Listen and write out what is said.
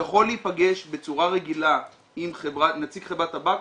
יכול להיפגש בצורה רגילה עם נציג חברת טבק,